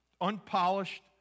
unpolished